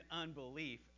unbelief